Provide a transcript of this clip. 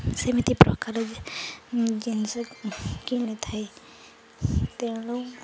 ସେମିତି ପ୍ରକାର ଜିନିଷ କିଣିଥାଏ ତେଣୁ